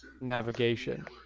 navigation